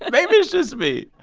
maybe it's just me.